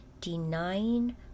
denying